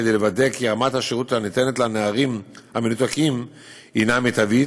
כדי לוודא כי רמת השירות הניתנת לנערים המנותקים היא מיטבית,